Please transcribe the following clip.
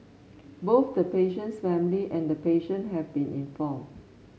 both the patient's family and the patient have been informed